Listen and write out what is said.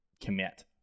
commit